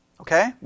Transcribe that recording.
Okay